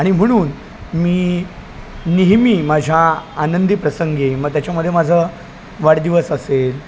आणि म्हणून मी नेहमी माझ्या आनंदी प्रसंगी मग त्याच्यामध्ये माझं वाढदिवस असेल